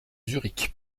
zurich